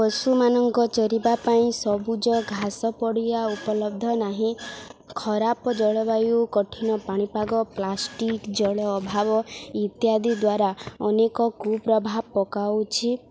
ପଶୁମାନଙ୍କ ଚରିବା ପାଇଁ ସବୁଜ ଘାସ ପଡ଼ିଆ ଉପଲବ୍ଧ ନାହିଁ ଖରାପ ଜଳବାୟୁ କଠିନ ପାଣିପାଗ ପ୍ଲାଷ୍ଟିକ୍ ଜଳ ଅଭାବ ଇତ୍ୟାଦି ଦ୍ୱାରା ଅନେକ କୁପ୍ରଭାବ ପକାଉଛି